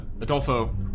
Adolfo